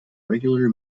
regular